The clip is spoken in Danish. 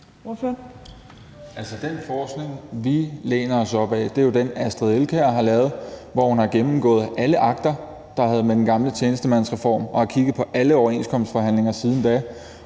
(SF): Altså, den forskning, vi læner os op ad, er der jo den, Astrid Elkjær Sørensen har lavet, hvor hun har gennemgået alle akter, der havde med den gamle tjenestemandsreform at gøre, og har kigget på alle overenskomstforhandlinger siden da,